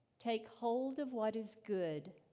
take hold of what is good,